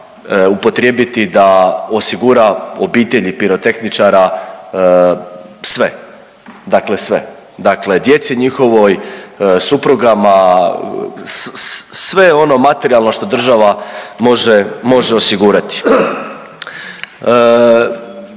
upotrijebiti da osigura obitelji pirotehničara sve, dakle sve, dakle djeci njihovoj, suprugama, sve ono materijalno što država može, može osigurati.